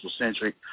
Centric